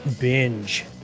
Binge